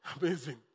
Amazing